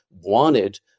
wanted